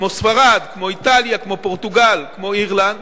כמו ספרד, כמו איטליה, כמו פורטוגל, כמו אירלנד,